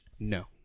No